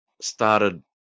started